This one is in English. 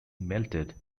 melted